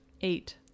eight